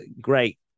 great